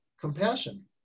compassion